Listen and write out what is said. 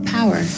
Power